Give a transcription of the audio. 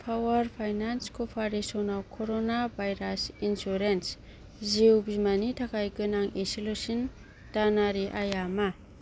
power finance कर्प'रेसनाव corona virus insurance जिउ बीमानि थाखाय गोनां इसेल'सिन दानारि आइया मा